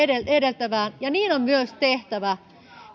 edeltävään ja niin on myös tehtävä